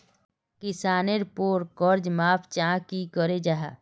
किसानेर पोर कर्ज माप चाँ नी करो जाहा?